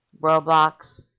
Roblox